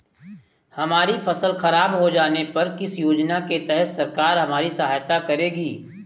हमारी फसल खराब हो जाने पर किस योजना के तहत सरकार हमारी सहायता करेगी?